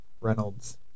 Reynolds